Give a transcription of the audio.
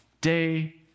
day